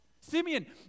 Simeon